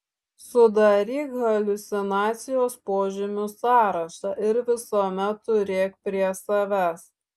sudaryk haliucinacijos požymių sąrašą ir visuomet turėk prie savęs